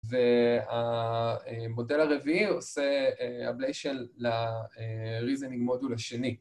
והמודל הרביעי עושה הבליישל ל-reasoning מודול השני